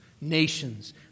nations